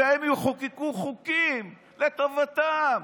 והם יחוקקו חוקים לטובתם,